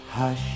Hush